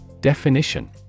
Definition